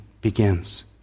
begins